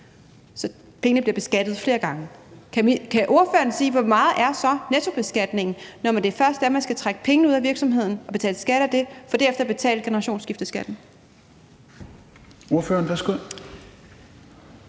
Så pengene bliver beskattet flere gange. Kan ordføreren sige, hvor meget nettobeskatningen så er, når det er sådan, at man først skal trække pengene ud af virksomheden og betale skat af det for derefter at betale generationsskifteskatten?